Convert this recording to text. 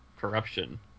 corruption